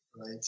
right